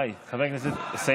בצורה מפוקחת.